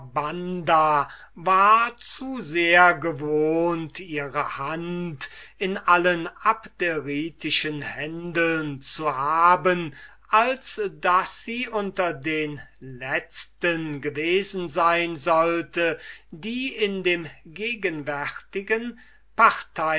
war zu sehr gewohnt ihre hand in allen abderitischen händeln zu haben als daß sie unter den letzten gewesen sein sollte die in dem gegenwärtigen